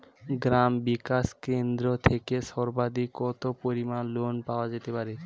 গ্রাম বিকাশ কেন্দ্র থেকে সর্বাধিক কত পরিমান লোন পাওয়া যেতে পারে?